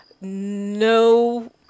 No